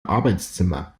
arbeitszimmer